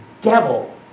devil